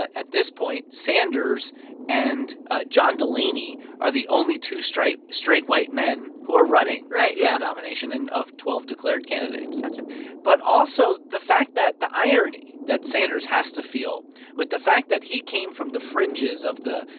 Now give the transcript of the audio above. ah at this point, sanders and john delaney are the only two straight straight white men who are running right, yeah. for the nomination and of twelve declared candidates gotcha but also the fact that the irony that sanders has to feel with the fact that he came from the fringes of the,